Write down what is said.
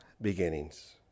beginnings